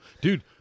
dude